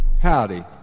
Howdy